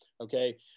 Okay